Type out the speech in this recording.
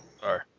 Sorry